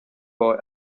boy